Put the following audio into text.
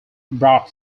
brought